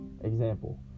Example